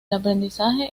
aprendizaje